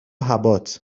حباط